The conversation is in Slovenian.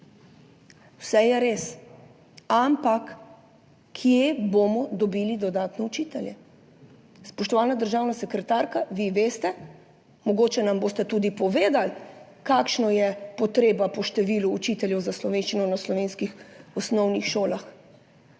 Vse je res, ampak kje bomo dobili dodatne učitelje? Spoštovana državna sekretarka, vi veste, mogoče nam boste tudi povedali, kakšna je potreba po številu učiteljev za slovenščino na slovenskih osnovnih šolah.